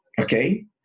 okay